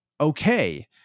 okay